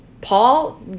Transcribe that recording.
Paul